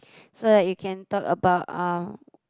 so that you can talk about um